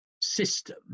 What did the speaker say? system